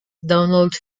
donald